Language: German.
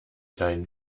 dein